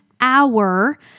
hour